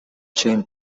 чейин